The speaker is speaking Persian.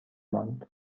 ماند